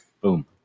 Boom